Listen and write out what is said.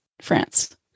France